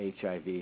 HIV